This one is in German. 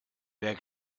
wer